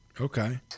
okay